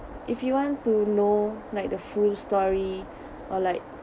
if you want to know like the full story or like